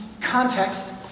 context